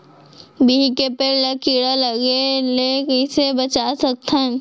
बिही के पेड़ ला कीड़ा लगे ले कइसे बचा सकथन?